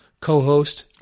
co-host